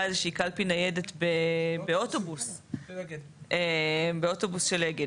איזושהי קלפי ניידת באוטובוס של אגד זה מה שאני מציע.